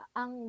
ang